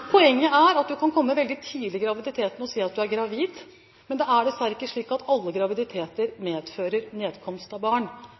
Poenget er at du kan komme veldig tidlig i graviditeten og si at du er gravid, men det er dessverre ikke slik at alle graviditeter